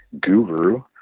guru